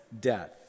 death